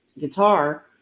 guitar